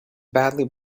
badly